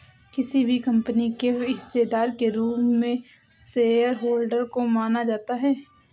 किसी भी कम्पनी के हिस्सेदार के रूप में शेयरहोल्डर को माना जाता है